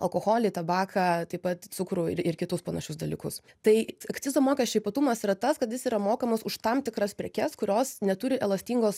alkoholį tabaką taip pat cukrų ir ir kitus panašius dalykus tai akcizo mokesčio ypatumas yra tas kad jis yra mokamas už tam tikras prekes kurios neturi elastingos